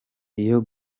iyo